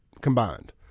combined